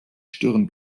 stirn